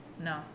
No